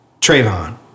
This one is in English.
Trayvon